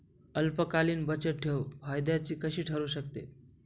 अल्पकालीन बचतठेव फायद्याची कशी ठरु शकते?